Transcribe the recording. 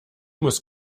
muss